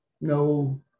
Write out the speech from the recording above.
no